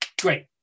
Great